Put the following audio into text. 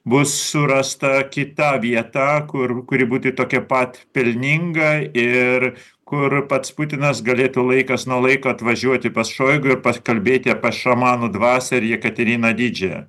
bus surasta kita vieta kur kuri būti tokia pat pelninga ir kur pats putinas galėtų laikas nuo laiko atvažiuoti pas šoigu ir pasikalbėti apie šamanų dvasią ir jekateriną didžiąją